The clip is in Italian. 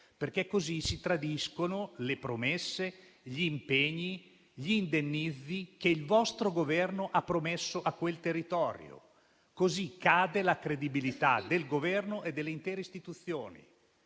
Perché così si tradiscono le promesse, gli impegni e gli indennizzi che il vostro Governo ha promesso a quel territorio. Cade così la credibilità del Governo e delle intere istituzioni.